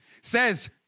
says